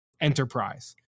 enterprise